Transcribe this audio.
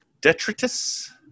Detritus